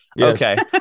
Okay